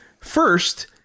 first